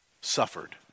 Suffered